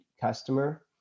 customer